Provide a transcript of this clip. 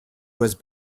was